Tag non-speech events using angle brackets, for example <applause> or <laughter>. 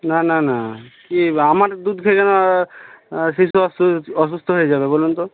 না না না কি আমার দুধ <unintelligible> শিশু <unintelligible> অসুস্থ হয়ে যাবে বলুন তো